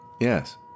Yes